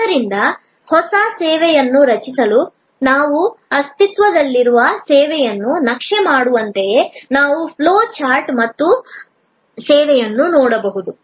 ಆದ್ದರಿಂದ ಹೊಸ ಸೇವೆಯನ್ನು ರಚಿಸಲು ನಾವು ಅಸ್ತಿತ್ವದಲ್ಲಿರುವ ಸೇವೆಯನ್ನು ನಕ್ಷೆ ಮಾಡುವಂತೆಯೇ ನಾವು ಫ್ಲೋ ಚಾರ್ಟ್ ಮತ್ತು ಡೆಬೊಟ್ಲೆನೆಕ್ ಸೇವೆಯನ್ನು ನೋಡಬಹುದು